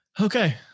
Okay